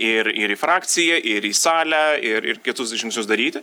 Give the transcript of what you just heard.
ir ir į frakcija ir į salę ir ir kitus žingsnius daryti